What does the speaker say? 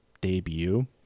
Debut